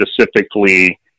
specifically